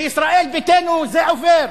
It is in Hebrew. בישראל ביתנו זה עובר.